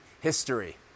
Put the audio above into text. history